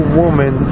woman